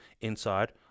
inside